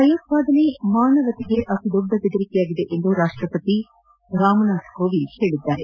ಭಯೋತ್ಪಾದನೆ ಮಾನವತೆಗೆ ಅತಿದೊಡ್ಡ ಬೆದರಿಕೆಯಾಗಿದೆ ಎಂದು ರಾಷ್ಟಪತಿ ರಾಮನಾಥ್ ಕೋವಿಂದ್ ಹೇಳಿದ್ದಾರೆ